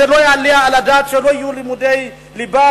זה לא יעלה על הדעת שלא יהיו לימודי ליבה,